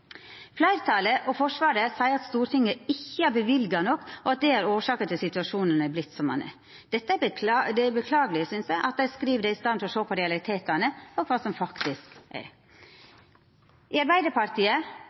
Fleirtalet og Forsvaret seier at Stortinget ikkje har løyvd nok, og at det er årsaka til at situasjonen er vorten som han er. Det er beklageleg, synest eg, at dei skriv det i staden for å sjå på realitetane og kva som faktisk er. Me i Arbeidarpartiet